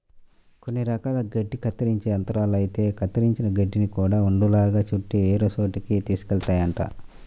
కొన్ని రకాల గడ్డి కత్తిరించే యంత్రాలైతే కత్తిరించిన గడ్డిని గూడా ఉండలుగా చుట్టి వేరే చోటకి తీసుకెళ్తాయంట